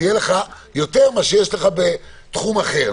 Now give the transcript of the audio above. יהיה לך יותר מאשר בתחום אחר,